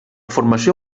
formació